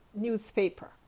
newspaper